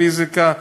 הפיזיקה,